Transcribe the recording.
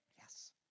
Yes